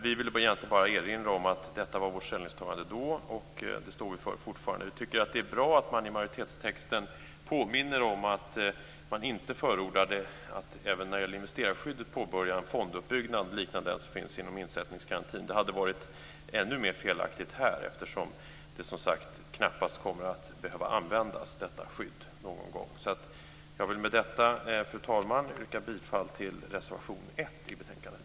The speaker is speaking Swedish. Vi vill bara erinra om vårt ställningstagande då som vi fortfarande står för. Vi tycker att det är bra att man i majoritetstexten påminner om att man när det gäller investerarskyddet inte förordade påbörjandet av en fonduppbyggnad liknande den som finns inom insättningsgarantin. Det hade varit ännu mer felaktigt här eftersom detta skydd knappast kommer att behöva användas. Fru talman! Jag vill med detta yrka bifall till reservation nr 1 i betänkandet.